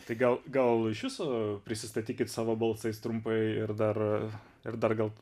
tai gal gal iš viso prisistatykit savo balsais trumpai ir dar ir dar gal